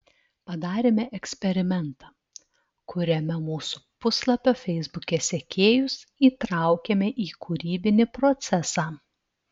padarėme eksperimentą kuriame mūsų puslapio feisbuke sekėjus įtraukėme į kūrybinį procesą